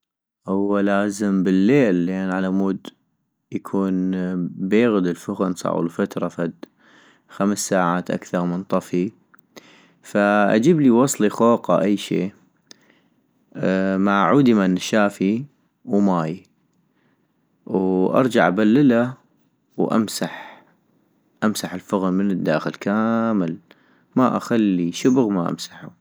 هو لازم بالليل لان علمود يكون بيغد الفغن صاغلو فترة فد خمس ساعات اكثغ منطفي - فأجيبلي وصلي خوقه اي شي ، مع عودي مال نشافي وماي- وارجع ابللا وامسح، امسح الفغن من الداخل كامل، ما اخلي شبغ ما امسحو